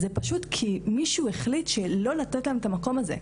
זה פשוט כי מישהו החליט לא לתת להן את המקום הזה.